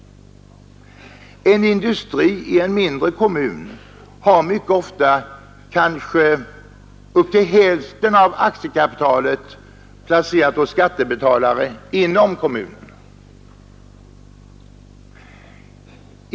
En industri i en mindre kommun har mycket ofta upp till hälften av aktiekapitalet placerat hos skattebetalare inom kommunen.